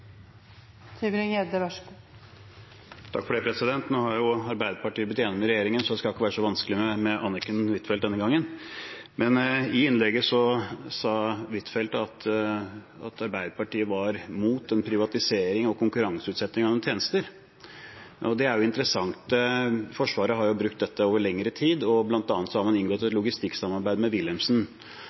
med regjeringen, så jeg skal ikke være så vanskelig mot Anniken Huitfeldt denne gangen. Men i innlegget sa Huitfeldt at Arbeiderpartiet var imot en privatisering og konkurranseutsetting av tjenester. Det er interessant. Forsvaret har brukt dette over lengre tid, og bl.a. har man inngått et logistikksamarbeid med Wilhelmsen.